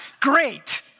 Great